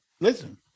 Listen